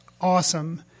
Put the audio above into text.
awesome